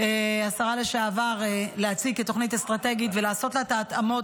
להציג כתוכנית אסטרטגית ולעשות לה את ההתאמות